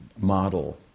Model